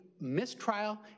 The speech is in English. mistrial